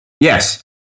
Yes